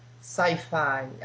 sci-fi